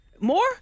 more